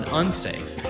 unsafe